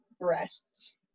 breasts